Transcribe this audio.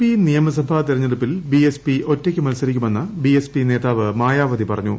P നിയമസഭാ തിരഞ്ഞെടുപ്പിൽ B S P ഒറ്റക്ക് മത്സരിക്കുമെന്ന് ബി എസ് പി നേതാവ് മായാവതി പറഞ്ഞു